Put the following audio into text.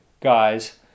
guys